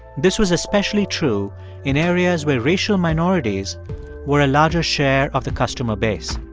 this was especially true in areas where racial minorities were a larger share of the customer base